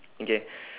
okay